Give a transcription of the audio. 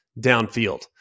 downfield